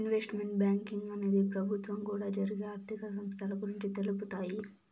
investment banking అనేది ప్రభుత్వం కూడా జరిగే ఆర్థిక సంస్థల గురించి తెలుపుతాయి